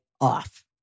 off